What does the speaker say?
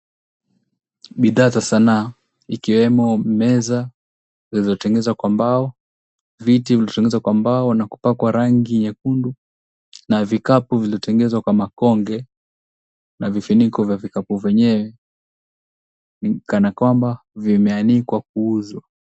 Bidhaa za sanaa, ikiwemo meza zilizotengezwa kwa mbao, viti vilivyotengenezwa kwa mbao na kupakwa rangi nyekundu na vikapu viliotengenezwa kwa makonge, na vifuniko vya vikapu vyenyewe, kana kwamba vimeanikwa kuuzwa.